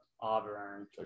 Auburn